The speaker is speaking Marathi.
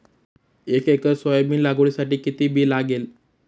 एक एकर सोयाबीन लागवडीसाठी किती बी लागेल?